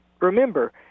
remember